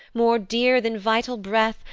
more dear than vital breath,